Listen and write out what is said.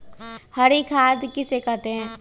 हरी खाद किसे कहते हैं?